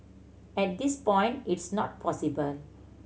at this point it's not possible